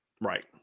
right